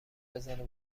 بزنه